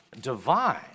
divine